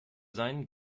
seinen